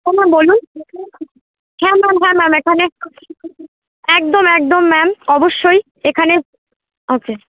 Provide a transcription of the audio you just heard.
ও ma'am বলুন হ্যাঁ ma'am হ্যাঁ ম্যাম এখানে একদম একদম ম্যাম অবশ্যই এখানে ও কে